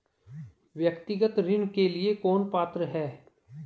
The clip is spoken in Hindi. व्यक्तिगत ऋण के लिए कौन पात्र है?